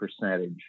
percentage